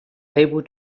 able